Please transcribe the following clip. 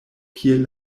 kiel